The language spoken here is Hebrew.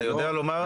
אתה יודע לומר?